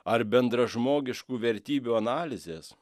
ar bendražmogiškų vertybių analizės